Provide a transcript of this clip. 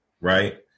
Right